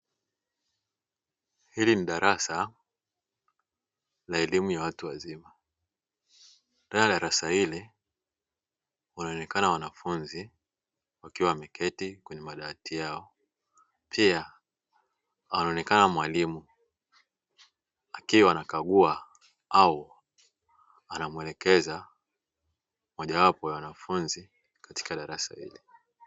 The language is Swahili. Hili ni darasa la elimu ya watu wazima. Ndani ya darasa hili kunaonekana wanafunzi wakiwa wameketi kwenye madawati yao. Pia anaonekana mwalimu akiwa anakagua au anamwelekeza moja wapo ya wanafunzi katika darasa hili.